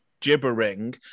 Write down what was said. gibbering